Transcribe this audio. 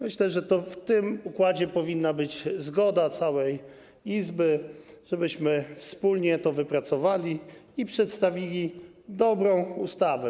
Myślę, że w tym układzie powinna być zgoda całej Izby, żebyśmy wspólnie to wypracowali i przedstawili dobrą ustawę.